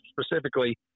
specifically